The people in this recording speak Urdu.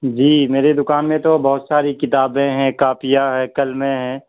جی میری دکان میں تو بہت ساری کتابیں ہیں کاپیاں ہے قلمیں ہیں